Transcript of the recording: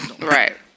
Right